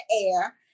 air